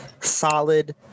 solid